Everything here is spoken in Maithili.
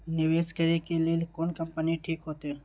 निवेश करे के लेल कोन कंपनी ठीक होते?